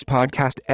Podcast